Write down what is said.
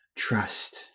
Trust